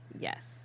Yes